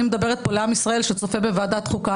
אני מדברת לעם ישראל שצופה בוועדת החוקה.